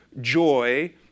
joy